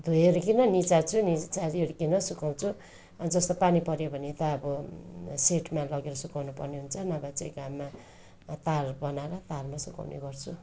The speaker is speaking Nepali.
धोएर किन निचार्छु निचोरीहरूकन सुकाउँछु अँ जस्तो पानी पर्यो भने त अब सेडमा लगेर सुकाउनपर्ने हुन्छ नभए चाहिँ घाममा तारहरू बनाएर तारमा सुकाउने गर्छु